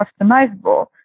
customizable